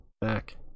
back